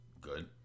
good